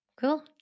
Cool